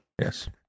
yes